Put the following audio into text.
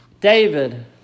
David